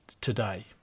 today